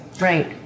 Right